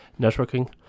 networking